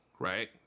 right